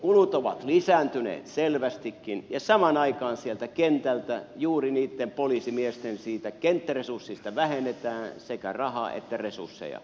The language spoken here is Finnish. kulut ovat lisääntyneet selvästikin ja samaan aikaan sieltä kentältä juuri niitten poliisimiesten kenttäresurssista vähennetään sekä rahaa että resursseja